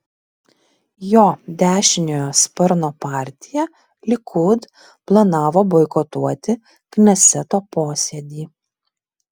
jo dešiniojo sparno partija likud planavo boikotuoti kneseto posėdį